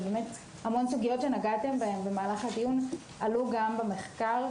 והמון סוגיות שנגעתם בהן במהלך הדיון עלו גם במחקר,